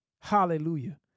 Hallelujah